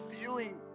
feeling